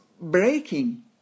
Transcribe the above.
breaking